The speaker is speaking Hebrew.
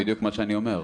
זה בדיוק מה שאני אומר,